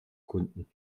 kunden